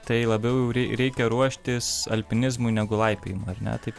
tai labiau reikia ruoštis alpinizmui negu laipiojimui ar ne taip